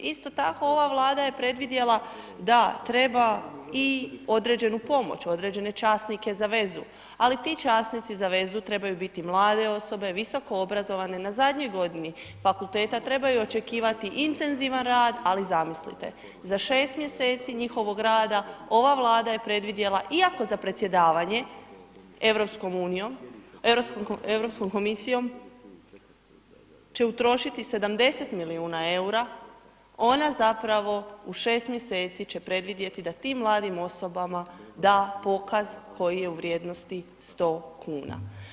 Isto tako ova Vlada je predvidjela da treba i određenu pomoć, određene časnike za vezu, ali ti časnici za vezu trebaju biti mlade osobe, visokoobrazovane na zadnjoj godini fakulteta, trebaju očekivati intenzivan rad, ali zamislite za 6 mjeseci njihovog rada ova Vlada je predvidjela iako za predsjedavanje EU, Europskom komisijom će utrošiti 70 miliona EUR-a, ona zapravo će u 6 mjeseci će predvidjeti da tim mladim osobama da pokaz koji je u vrijednosti 100 kuna.